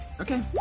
Okay